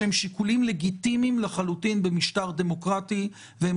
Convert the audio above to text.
שהם שיקולים לגיטימיים לחלוטין במשטר דמוקרטי והם